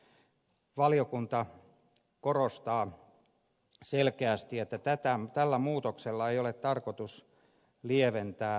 sen sijaan valiokunta korostaa selkeästi että tällä muutoksella ei ole tarkoitus lieventää rangaistusta